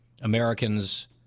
Americans